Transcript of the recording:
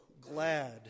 glad